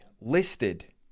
listed